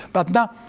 but